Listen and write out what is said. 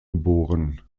geboren